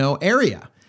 area